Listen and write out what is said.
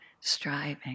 striving